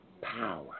Power